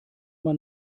man